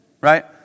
right